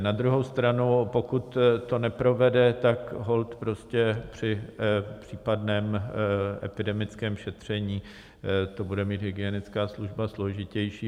Na druhou stranu pokud to neprovede, tak holt prostě při případném epidemickém šetření to bude mít hygienická služba složitější.